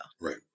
Right